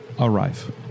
arrive